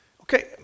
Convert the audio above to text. Okay